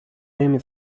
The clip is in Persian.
نمی